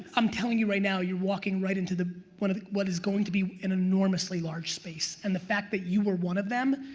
i'm telling you right now you're walking right into the one of what is going to be an enormously large space, and the fact that you were one of them,